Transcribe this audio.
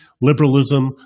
liberalism